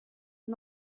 and